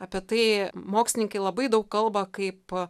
apie tai mokslininkai labai daug kalba kaip